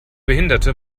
behinderte